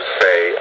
say